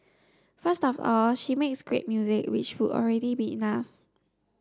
first of all she makes great music which would already be enough